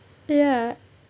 ya